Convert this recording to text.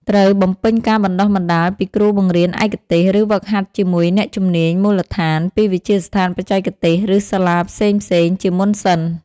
ត្រូវបំពេញការបណ្ដុះបណ្ដាលពីគ្រូបង្រៀនឯកទេស ឬហ្វឹកហាត់ជាមួយអ្នកជំនាញមូលដ្ឋានពីវិទ្យាស្ថានបច្ចេកទេស ឬសាលាផ្សេងៗជាមុនសិន។